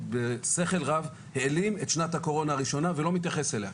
בשכל רב העלים את שנת הקורונה הראשונה ולא מתייחס אליה.